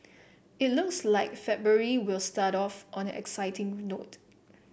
it looks like February will start off on an exciting note